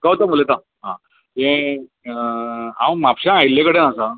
गौतम उलयता तें हांव म्हापशा आयल्ले कडेन आसा